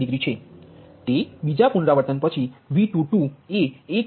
62 degree છે તે બીજા પુનરાવર્તન પછી V22 એ 1